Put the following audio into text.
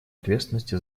ответственности